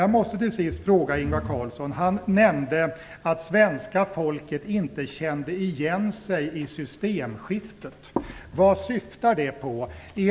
Jag måste till sist fråga Ingvar Carlsson, eftersom han nämnde att svenska folket inte kände igen sig i systemskiftet: Vad syftar det på?